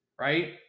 right